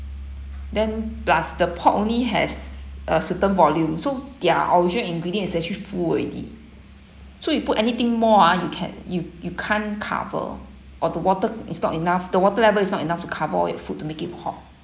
then plus the pot only has a certain volume so their original ingredients is actually full already so you put anything more ah you can you you can't cover or the water is not enough the water level is not enough to cover all your food to make it hot